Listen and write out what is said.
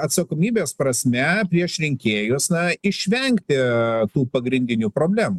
atsakomybės prasme prieš rinkėjus na išvengti tų pagrindinių problemų